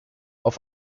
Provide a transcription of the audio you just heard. auf